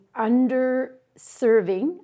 underserving